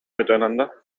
miteinander